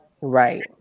Right